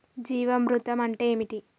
జీవామృతం అంటే ఏంటి?